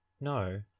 No